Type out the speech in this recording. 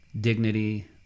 dignity